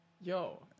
Yo